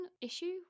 issue